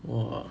!wah!